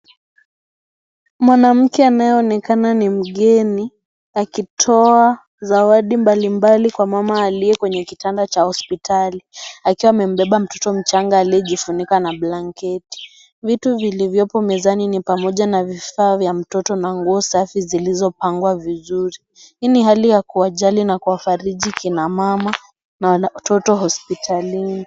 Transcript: Mwanamke anayeonekana ni mgeni akitoa zawadi mbali mbali kwa mama aliye kwenye kitanda cha hospitali akiwa amembeba mtoto mchanga aliyejifunika na blanketi vitu vilivyopo mezani pamoja na vifaa vya mtoto na nguo safi zilizopangwa vizuri hii ni hali ya kuwajali na kuwafariji kina mama na watoto hospitalini.